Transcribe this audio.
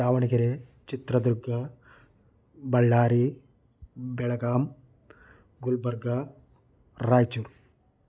Davanagere Chitradurga Ballari Belagavi Gulbarga Raichur